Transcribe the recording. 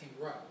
grow